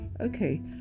Okay